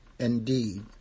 Indeed